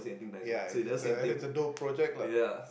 ya it's a it's a dough project lah